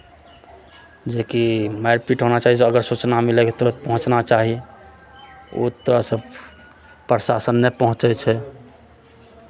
जेकि मारि पीट होना चाही अगर सूचना मिलय तऽ पहुँचना चाही ओतय से प्रशासन नहि पहुँचै छै